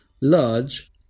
large